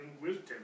wisdom